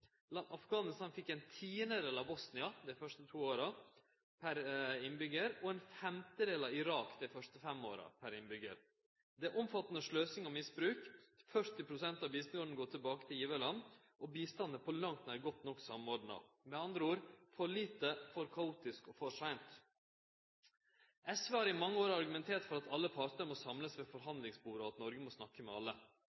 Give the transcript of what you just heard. fekk ein tidel av kva Bosnia fekk dei første to åra per innbyggjar, og ein femdel av kva Irak fekk dei første fem åra per innbyggjar. Det er omfattande sløsing og misbruk. 40 pst. av bistanden går tilbake til givarland, og bistanden er på langt nær godt nok samordna. Med andre ord: for lite, for kaotisk og for seint. SV har i mange år argumentert for at alle partar må samlast